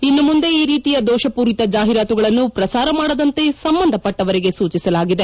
ಇನ್ನು ಮುಂದೆ ಈ ರೀತಿಯ ದೋಷಪೂರಿತ ಜಾಹೀರಾತುಗಳನ್ನು ಪ್ರಸಾರ ಮಾಡದಂತೆ ಸಂಬಂಧಪಟ್ಟವರಿಗೆ ಸೂಚಿಸಲಾಗಿದೆ